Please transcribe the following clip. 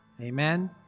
Amen